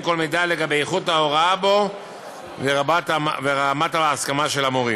כל מידע לגבי איכות ההוראה בו ורמת ההסמכה של המורים.